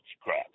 crap